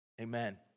amen